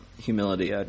humility